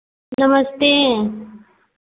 नमस्ते